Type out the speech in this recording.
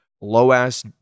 low-ass